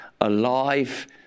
alive